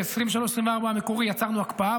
ב-2024-2023 המקורי יצרנו הקפאה,